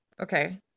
okay